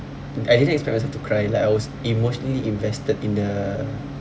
I didn't expect myself to cry like I was emotionally invested in the